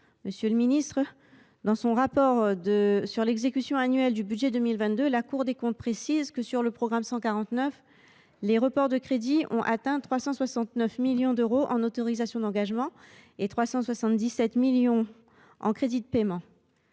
contrat en 2023. Dans son rapport sur l’exécution annuelle du budget 2022, la Cour des comptes précise que, sur le programme 149, les reports de crédits ont atteint 369 millions d’euros en autorisations d’engagement et 377 millions en crédits de paiement.